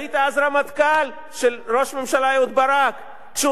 היית אז רמטכ"ל של ראש הממשלה אהוד ברק כשהוא